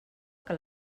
que